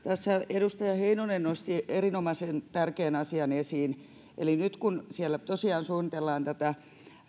edustaja heinonen nosti tässä erinomaisen tärkeän asian esiin eli nyt kun siellä tosiaan suunnitellaan tätä